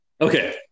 Okay